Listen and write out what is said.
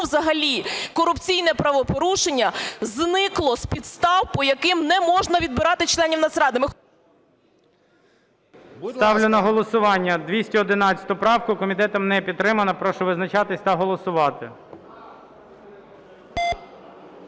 взагалі корупційне правопорушення зникло з підстав, по яким не можна відбирати членів Нацради. ГОЛОВУЮЧИЙ. Ставлю на голосування 211 правку. Комітетом не підтримана. Прошу визначатись та голосувати.